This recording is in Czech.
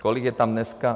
Kolik je tam dneska?